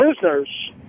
prisoners